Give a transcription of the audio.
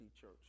church